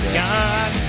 god